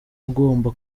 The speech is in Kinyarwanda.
ugomba